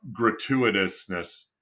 gratuitousness